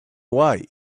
why